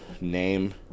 name